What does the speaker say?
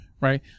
Right